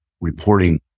reporting